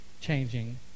changing